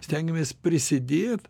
stengiamės prisidėt